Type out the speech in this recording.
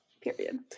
period